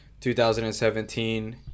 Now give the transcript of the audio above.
2017